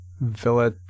villa